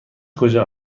کجا